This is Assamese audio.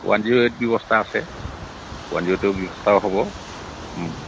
ওৱান জিৰ' এইট ব্যৱস্থা আছে ওৱান জিৰ' এইট ৰ ব্যৱস্থাও হ'ব